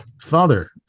Father